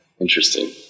Interesting